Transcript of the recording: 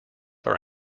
are